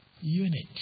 unit